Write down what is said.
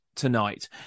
tonight